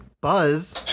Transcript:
Buzz